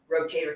rotator